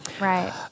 Right